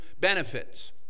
benefits